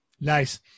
Nice